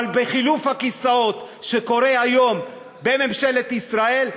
אבל בחילוף הכיסאות שקורה היום בממשלת ישראל,